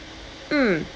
mm